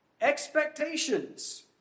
expectations